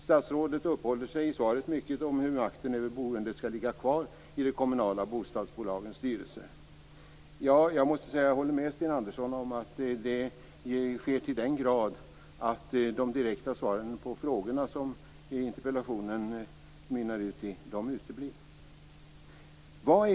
Statsrådet uppehåller sig i svaret mycket vid hur makten över boendet skall ligga kvar i de kommunala bostadsbolagens styrelser. Jag håller med Sten Andersson om att det sker till den grad att de direkta svaren på frågorna som interpellationen mynnar ut i uteblir.